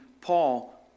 Paul